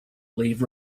leave